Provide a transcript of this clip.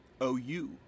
O-U